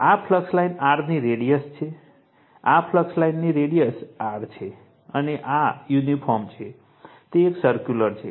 આ flux line r ની radius છે આ ફ્લક્સ લાઇનની રેડિયસ r છે અને આ યુનિફૉર્મ છે તે એક સર્કુલર છે